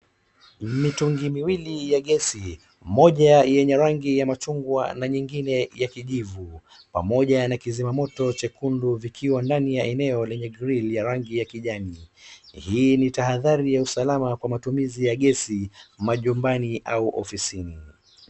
Mitungi miwili ya gesi , moja yenye jangi ya machungwa na nyingine ya kijivu pamoja na kizima moto chekundu vikiwa ndani ya eneo lenye grill ya rangi ya kijani, hii ni tahadhari ya usalama kwa matumizi ya gesi majumbani au ofisini .